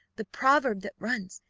the proverb that runs,